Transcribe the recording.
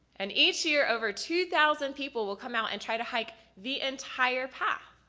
and each year over two thousand people will come out and try to hike the entire path.